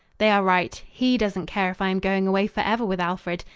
they are right he doesn't care if i am going away for ever with alfred.